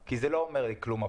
כי מפות לא אומרות לי כלום.